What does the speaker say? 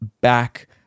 back